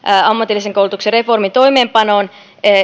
ammatillisen koulutuksen reformin toimeenpanoon